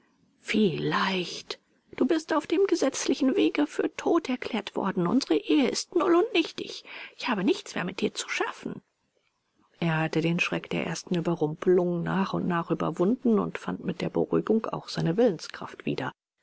vielleicht du bist auf dem gesetzlichen wege für tot erklärt worden unsere ehe ist null und nichtig ich habe nichts mehr mit dir zu schaffen er hatte den schreck der ersten überrumpelung nach und nach überwunden und fand mit der beruhigung auch seine willenskraft wieder